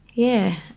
yeah,